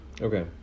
Okay